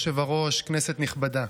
אדוני היושב-ראש, כנסת נכבדה,